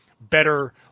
better